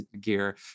gear